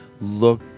look